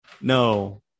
No